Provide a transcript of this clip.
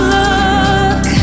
look